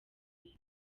myiza